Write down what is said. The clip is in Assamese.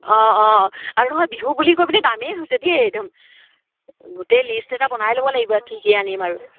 অঁ অঁ আৰু নহয় বিহু বুলি কৈ পিলে দামেই হৈছে দেই একদম গোটেই লিষ্ট এটা বনাই ল'ব লাগিব কি কি আনিম আৰু